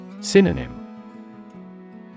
Synonym